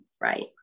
right